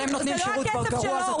זה לא הכסף שלו.